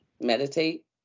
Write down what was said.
meditate